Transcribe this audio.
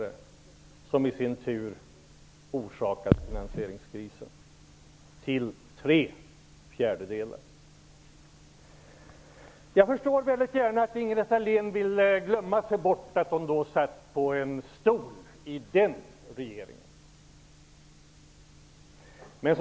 Det orsakade i sin tur finansieringskrisen till tre fjärdedelar. Jag förstår att Ingela Thalén vill försöka glömma att hon satt i den regeringen.